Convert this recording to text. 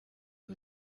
who